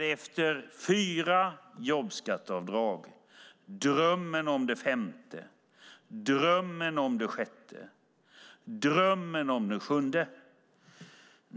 Efter fyra jobbskatteavdrag handlar det om drömmen om det femte, drömmen om det sjätte, drömmen om det sjunde.